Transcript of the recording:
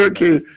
Okay